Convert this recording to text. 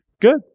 Good